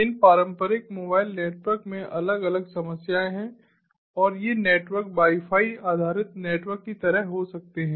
इन पारंपरिक mobile network में अलग अलग समस्याएं हैं और ये नेटवर्क वाई फाई आधारित नेटवर्क की तरह हो सकते हैं